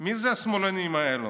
מי זה השמאלנים האלו?